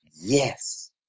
Yes